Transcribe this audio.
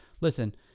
listen